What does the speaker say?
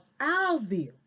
Owlsville